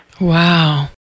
Wow